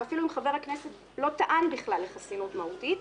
שאפילו אם חבר הכנסת לא טען בכלל לחסינות מהותית,